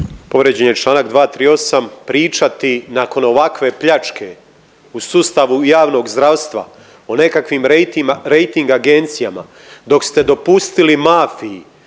Povrijeđen je čl. 238., pričati nakon ovakve pljačke u sustavu javnog zdravstva o nekakvim rejting agencijama dok ste dopustili mafiji,